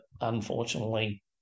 unfortunately